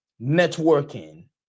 networking